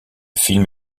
film